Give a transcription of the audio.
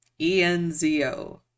ENZO